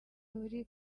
buri